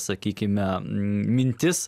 sakykime mintis